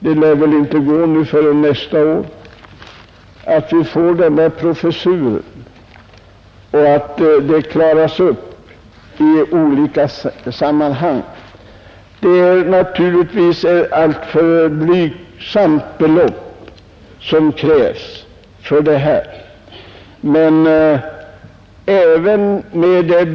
Vi lär väl inte förrän nästa år kunna få denna professur, men jag uttalar ändå, herr statsråd, den förhoppningen att situationen klaras upp. Naturligtvis är det ett alltför blygsamt belopp som krävs för det här ändamålet.